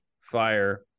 fire